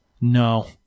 No